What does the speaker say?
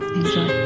enjoy